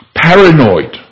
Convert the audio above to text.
paranoid